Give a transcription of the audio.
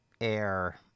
air